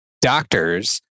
doctors